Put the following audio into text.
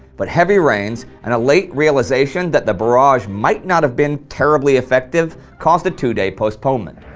but heavy rains and a late realization that the barrage might not have been terribly effective caused a two-day postponement.